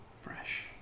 Fresh